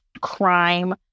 crime